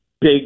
big